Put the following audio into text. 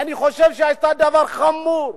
אני חושב שהיא עשתה דבר חמור.